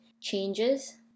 changes